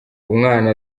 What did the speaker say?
umwana